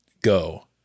go